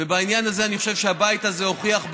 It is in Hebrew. ובעניין הזה אני חושב שהבית הזה הוכיח,